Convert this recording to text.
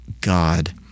God